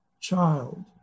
child